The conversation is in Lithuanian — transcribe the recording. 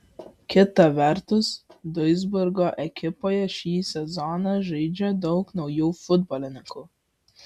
kita vertus duisburgo ekipoje šį sezoną žaidžia daug naujų futbolininkų